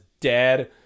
dead